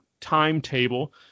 timetable